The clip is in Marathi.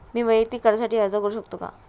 मी वैयक्तिक कर्जासाठी अर्ज करू शकतो का?